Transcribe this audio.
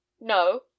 no